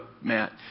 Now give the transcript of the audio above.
Matt